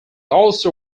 also